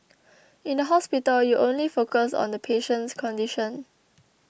in the hospital you only focus on the patient's condition